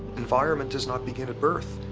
environment does not begin at birth.